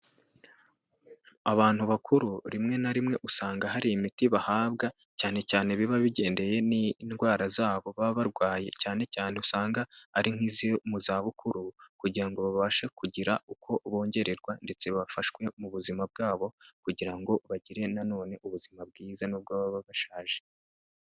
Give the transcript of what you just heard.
Abantu bakuru rimwe na rimwe usanga hari imiti bahabwa cyane cyane biba bigendeye n'indwara zabo baba barwaye cyane cyane usanga ari nk'izo mu zabukuru kugira ngo babashe kugira uko bongererwa ndetse bafashwe mu buzima bwabo, kugira ngo bagire nanone ubuzima bwiza n'ubwo baba bashaje.